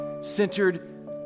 centered